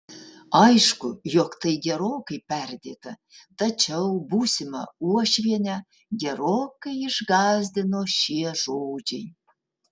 aišku jog tai gerokai perdėta tačiau būsimą uošvienę gerokai išgąsdino šie žodžiai